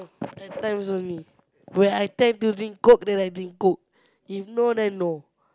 at times only when I tend to drink Coke then I drink Coke if no then no